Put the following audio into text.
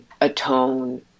atone